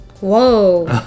Whoa